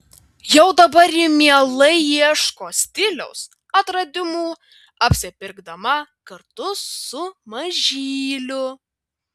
jau dabar ji mielai ieško stiliaus atradimų apsipirkdama kartu su mažyliu